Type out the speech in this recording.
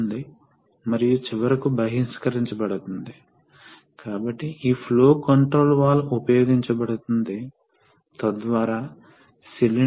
కాబట్టి ఇప్పుడు ఇది దాని స్వంత అమరిక ద్వారా నిర్వహించబడుతుంది కాబట్టి ఇప్పుడు ఈ వ్యవస్థలో ప్రెషర్ వాల్వ్ C యొక్క అమరిక ద్వారా పరిమితం అవుతుంది